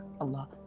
Allah